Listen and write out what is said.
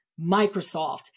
Microsoft